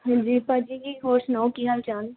ਹਾਂਜੀ ਭਾਅ ਜੀ ਜੀ ਹੋਰ ਸੁਣਾਓ ਕੀ ਹਾਲ ਚਾਲ